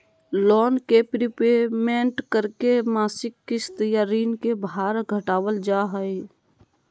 loan के prepayment करके मासिक किस्त या ऋण के भार घटावल जा हय